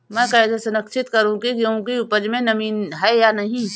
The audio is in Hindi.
मैं कैसे सुनिश्चित करूँ की गेहूँ की उपज में नमी है या नहीं?